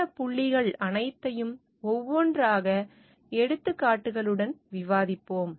இந்த புள்ளிகள் அனைத்தையும் ஒவ்வொன்றாக எடுத்துக்காட்டுகளுடன் விவாதிப்போம்